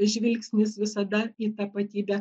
žvilgsnis visada į tapatybę